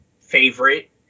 favorite